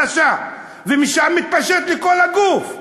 הוא מתחיל בחוליה החלשה ומשם מתפשט לכל הגוף.